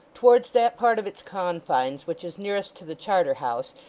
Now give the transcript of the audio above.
towards that part of its confines which is nearest to the charter house,